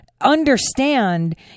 understand